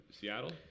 Seattle